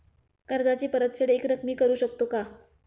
कर्जाची परतफेड एकरकमी करू शकतो का?